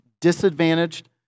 disadvantaged